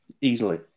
Easily